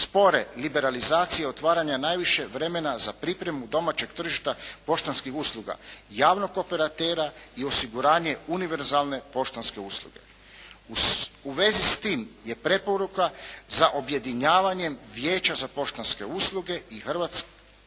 spore liberalizacije otvaranja najviše vremena za pripremu domaćeg tržišta poštanskih usluga, javnog operatera i osiguranje univerzalne poštanske usluge. U vezi s tim je preporuka za objedinjavanjem Vijeća za poštanske usluge s Hrvatskom